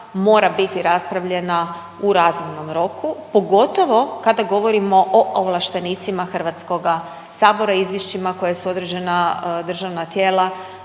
mora biti raspravljena u razumnom roku pogotovo kada govorimo o ovlaštenicima HS-a, izvješćima koja su određena državna tijela